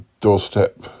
doorstep